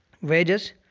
Wages